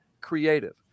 creative